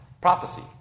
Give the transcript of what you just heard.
prophecy